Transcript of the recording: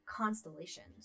constellations